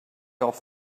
off